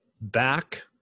back